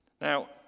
Now